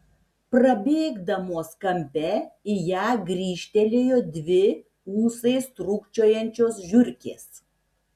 prabėgdamos kampe į ją grįžtelėjo dvi ūsais trūkčiojančios žiurkės